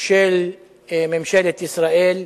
של ממשלת ישראל,